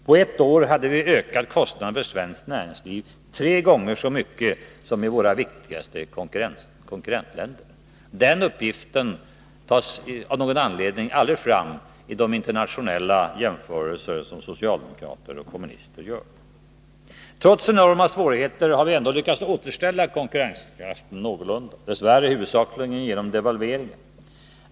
På ett år hade vi ökat kostnaderna för svenskt näringsliv tre gånger så mycket som motsvarande kostnader ökats i våra viktigaste konkurrentländer. Den uppgiften tas av någon anledning aldrig fram i de internationella jämförelser som socialdemokrater och kommunister gör. Trots enorma svårigheter hade vi lyckats återställa konkurrenskraften någorlunda — dess värre i huvudsak genom devalveringar.